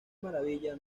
maravilla